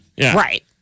Right